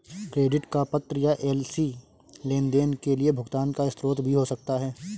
credit का पत्र या एल.सी लेनदेन के लिए भुगतान का स्रोत भी हो सकता है